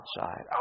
outside